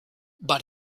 but